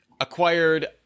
acquired